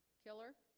killer